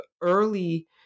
early